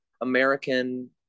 american